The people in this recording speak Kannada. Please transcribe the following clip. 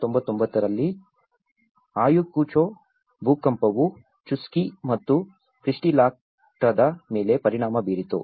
1999 ರಲ್ಲಿ ಅಯಾಕುಚೋ ಭೂಕಂಪವು ಚುಸ್ಚಿ ಮತ್ತು ಕ್ವಿಸ್ಪಿಲಾಕ್ಟಾದ ಮೇಲೆ ಪರಿಣಾಮ ಬೀರಿತು